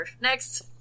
Next